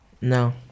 No